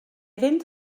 fynd